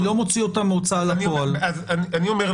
בסדר.